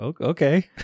okay